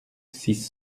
six